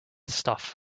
stuff